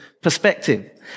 perspective